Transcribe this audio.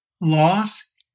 loss